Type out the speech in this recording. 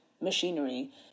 machinery